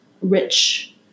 rich